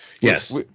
Yes